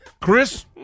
Chris